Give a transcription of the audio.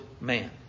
man